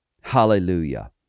Hallelujah